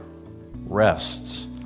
rests